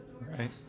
right